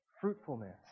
fruitfulness